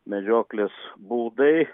medžioklės būdai